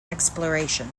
exploration